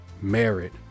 merit